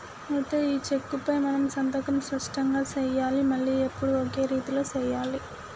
అయితే ఈ చెక్కుపై మనం సంతకం స్పష్టంగా సెయ్యాలి మళ్లీ ఎప్పుడు ఒకే రీతిలో సెయ్యాలి